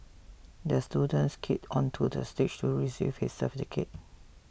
the student skated onto the stage to receive his certificate